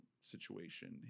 situation